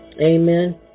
Amen